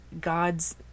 God's